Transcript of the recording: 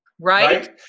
Right